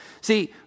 See